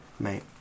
mate